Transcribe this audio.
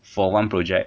for one project